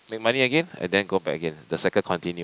make money again and then go back again the cycle continue